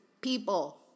people